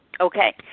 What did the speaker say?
Okay